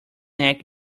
neck